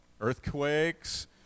earthquakes